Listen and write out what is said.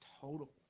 total